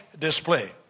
display